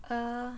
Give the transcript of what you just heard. err